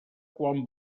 quan